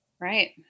Right